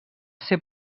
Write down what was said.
ser